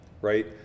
right